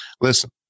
listen